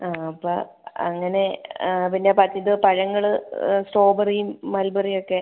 ആ അപ്പം അങ്ങനെ പിന്നെ മറ്റേ ഇത് പഴങ്ങൾ സ്ട്രോബറിയും മൾബറിയും ഒക്കെ